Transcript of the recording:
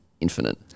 infinite